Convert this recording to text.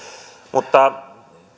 mutta